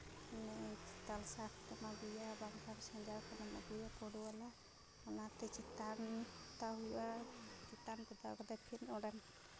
ᱦᱟᱱᱮ ᱮᱠᱥᱛᱟᱞᱥᱟ ᱠᱷᱚᱱᱮᱢ ᱟᱹᱜᱩᱭᱟ ᱵᱟᱝᱠᱷᱟᱱ ᱥᱟᱸᱡᱟᱣ ᱠᱷᱚᱱᱮᱢ ᱟᱹᱜᱩᱭᱟ ᱯᱩᱸᱰ ᱵᱟᱞᱟ ᱚᱱᱟᱛᱮ ᱪᱮᱛᱟᱱ ᱯᱚᱛᱟᱣ ᱦᱩᱭᱩᱜᱼᱟ ᱪᱮᱛᱟᱱ ᱯᱚᱛᱟᱣ ᱠᱟᱛᱮᱫ ᱯᱷᱤᱨ ᱚᱸᱰᱮᱢ